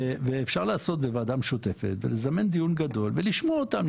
ולזמן דיון גדול ולשמוע אותם,